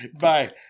Bye